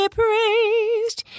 praised